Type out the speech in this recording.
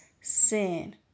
sin